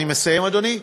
אני מסיים, אדוני.